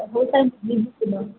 ହେଉ ସାର୍ ମୁଁ ଯିବି ସେଦିନ